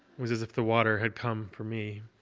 was as if the water had come for me.